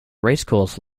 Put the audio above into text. racecourse